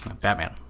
Batman